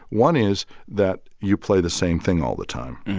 one is that you play the same thing all the time,